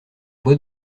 bois